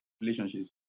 relationships